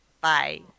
Bye